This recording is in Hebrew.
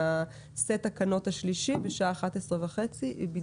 הישיבה ננעלה בשעה 11:26.